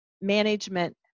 management